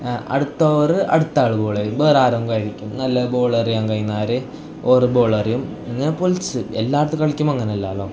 അടുത്ത ഓവർ അടുത്ത ആൾ ബോൾ ചെയ്യും വേറെ ആരെങ്കിലും ആയിരിക്കും നല്ല ബോൾ എറിയാൻ കഴിയുന്ന ആര് ഓര് ബോൾ എറിയും അങ്ങനെ പൊളിച്ച് എല്ലായിടത്തും കളിക്കുമ്പോൾ അങ്ങനെ അല്ലല്ലോ